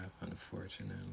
unfortunately